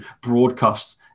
broadcast